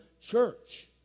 church